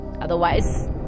Otherwise